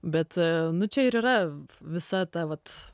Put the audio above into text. bet nu čia ir yra visa ta vat